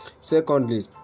Secondly